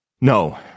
No